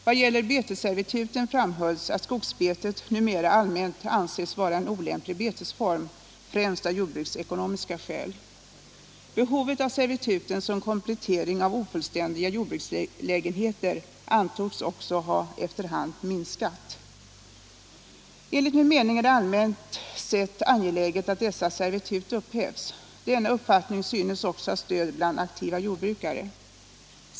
Vad gäller betesservituten framhölls att skogsbetet numera allmänt anses vara en olämplig betesform, främst av jordbruksekonomiska skäl. Behovet av servituten som komplettering av ofullständiga jordbrukslägenheter antogs också efter hand ha minskat. Enligt min mening är det allmänt sett angeläget att dessa servitut upphävs. Denna uppfattning synes också ha stöd bland aktiva jordbrukare.